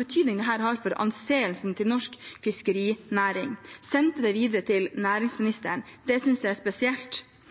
betydning dette har for anseelsen til norsk fiskerinæring, og sendte det videre til næringsministeren. Det synes jeg er spesielt,